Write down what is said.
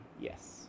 Yes